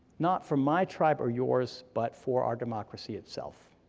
not for my tribe or yours, but for our democracy itself.